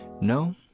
No